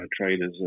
traders